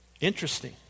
Interesting